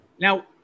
Now